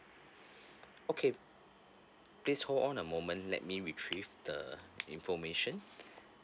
okay please hold on a moment let me retrieve the information